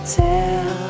tell